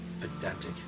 Pedantic